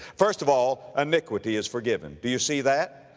first of all, iniquity is forgiven, do you see that?